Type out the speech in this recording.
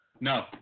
No